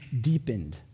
deepened